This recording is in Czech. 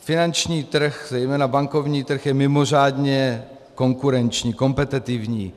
Finanční trh, zejména bankovní trh, je mimořádně konkurenční, kompetitivní.